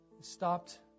stopped